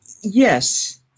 Yes